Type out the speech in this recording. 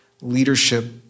leadership